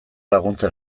laguntza